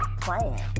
playing